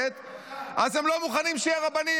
אז הם לא מוכנים שיהיו רבנים.